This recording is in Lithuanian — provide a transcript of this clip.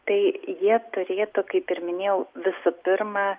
tai jie turėtų kaip ir minėjau visų pirma